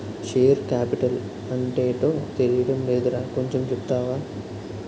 Share capital అంటేటో తెలీడం లేదురా కొంచెం చెప్తావా?